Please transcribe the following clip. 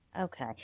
Okay